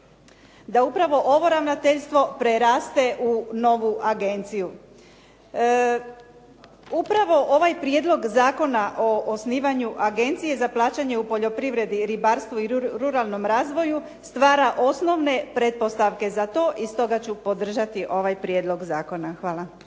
da upravo ovo ravnateljstvo preraste u novu agenciju. Upravo ovaj prijedlog Zakona o osnivanju agencije za plaćanje u poljoprivredi, ribarstvu i ruralnom razvoju stvara osnovne pretpostavke za to i stoga ću podržati ovaj prijedlog zakona. Hvala.